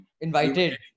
Invited